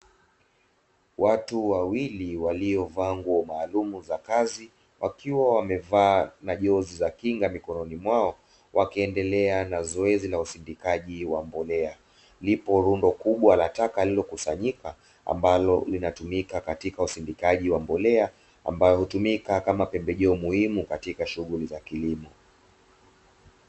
Watu wawili waliovaa nguo maalumu za kazi, wakiwa wamevaa na jozi za kinga mikononi mwao, wakiendelea na zoezi la usindikaji wa mbolea. Lipo rundo kubwa la taka lililokusanyika, ambalo linatumika katika usindikaji wa mbolea, ambayo hutumika kama pembejeo muhimu katika shughuli za kilimo.